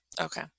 Okay